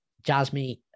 Jasmine